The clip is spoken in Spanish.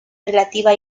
relativa